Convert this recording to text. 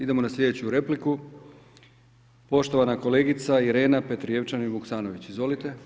Idemo na sljedeću repliku, poštovana kolegica Irena Petrijevčanin Vuksanović, izvolite.